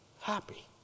happy